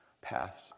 passed